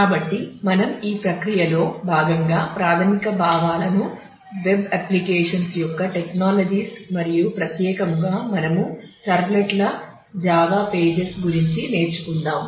కాబట్టి మనం ఈ ప్రక్రియలో భాగంగా ప్రాథమిక భావాలను వెబ్ అప్లికేషన్ గురించి నేర్చుకుందాం